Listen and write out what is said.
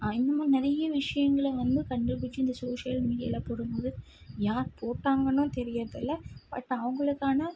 அவங்க நிறைய விஷயங்கள வந்து கண்டுபிடிச்சி இந்த சோஷியல் மீடியாவில் போடும்போது யார் போட்டாங்கன்னும் தெரிகிறதில்ல பட் அவர்களுக்கான